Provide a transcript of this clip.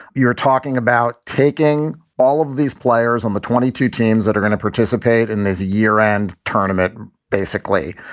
you're talking about taking all of these players on the twenty two teams that are going to participate and there's a year end tournament, basically,